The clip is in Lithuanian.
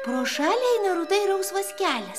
pro šalį eina rudai rausvas kelias